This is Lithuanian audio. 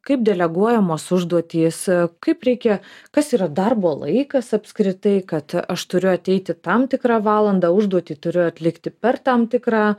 kaip deleguojamos užduotys kaip reikia kas yra darbo laikas apskritai kad aš turiu ateiti tam tikrą valandą užduotį turiu atlikti per tam tikrą